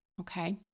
Okay